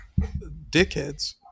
dickheads